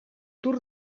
tour